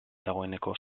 dagoeneko